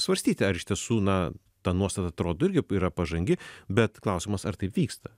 svarstyti ar iš tiesų na ta nuostata atrodo irgi yra pažangi bet klausimas ar tai vyksta